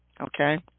Okay